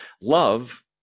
Love